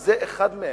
וזה אחד מהם.